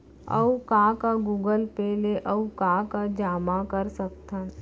अऊ का का गूगल पे ले अऊ का का जामा कर सकथन?